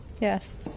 Yes